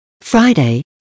Friday